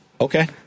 Okay